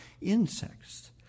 Insects